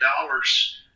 dollars